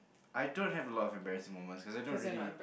I don't have a lot of embarrassing moment so I don't really